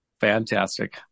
Fantastic